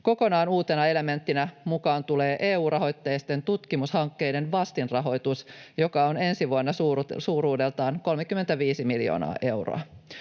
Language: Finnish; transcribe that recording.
Kokonaan uutena elementtinä mukaan tulee EU-rahoitteisten tutkimushankkeiden vastinrahoitus, joka on ensi vuonna suurten suuruudeltaan 35 miljoonaa euroa.